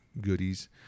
goodies